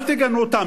אל תגנו אותם,